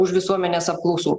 už visuomenės apklausų